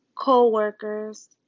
Co-workers